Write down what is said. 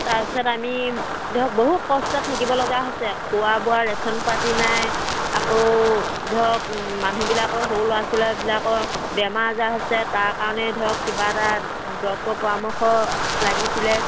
তাৰপিছত আমি দিয়ক বহুত কষ্টত থাকিব লগা হৈছে খোৱা বোৱা ৰেচন পাতি নাই আকৌ ধৰক মানুহবিলাকৰ সৰু ল'ৰা ছোৱালীবিলাকৰ বেমাৰ আজাৰ হৈছে তাৰকাৰণে ধৰক কিবা এটা ডক্টৰৰ পৰামৰ্শ লাগিছিলে